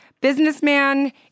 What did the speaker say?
businessman